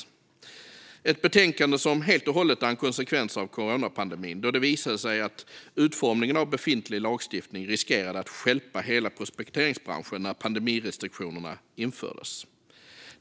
Det är ett betänkande som helt och hållet är en konsekvens av coronapandemin, då det visade sig att utformningen av befintlig lagstiftning riskerade att stjälpa hela prospekteringsbranschen när pandemirestriktionerna infördes.